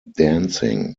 dancing